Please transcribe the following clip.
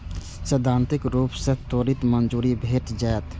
सैद्धांतिक रूप सं त्वरित मंजूरी भेट जायत